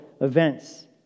events